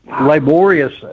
laborious